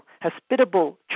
hospitable